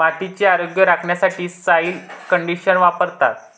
मातीचे आरोग्य राखण्यासाठी सॉइल कंडिशनर वापरतात